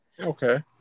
Okay